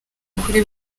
kuri